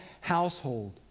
household